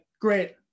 great